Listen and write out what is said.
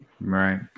right